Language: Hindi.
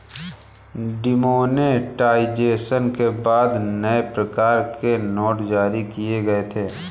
डिमोनेटाइजेशन के बाद नए प्रकार के नोट जारी किए गए थे